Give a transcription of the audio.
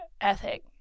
ethic